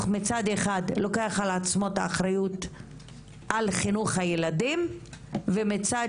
מצד אחד לוקח על עצמו את האחריות על חינוך הילדים ומהצד